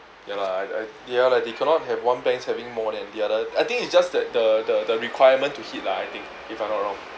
ya lah I I they are like they cannot have one banks having more than the other I think it's just that the the the requirement to hit lah I think if I'm not wrong